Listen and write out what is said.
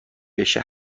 بشه